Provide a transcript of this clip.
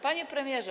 Panie Premierze!